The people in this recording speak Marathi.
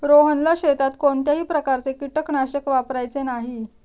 रोहनला शेतात कोणत्याही प्रकारचे कीटकनाशक वापरायचे नाही